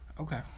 okay